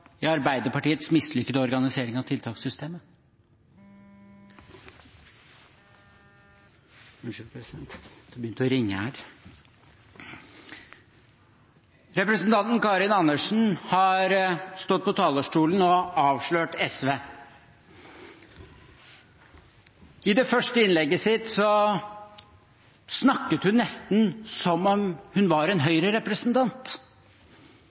i Arbeiderpartiets mislykkede organisering av tiltakssystemet. Representanten Karin Andersen har stått på talerstolen og avslørt SV. I det første innlegget sitt snakket hun nesten som om hun var en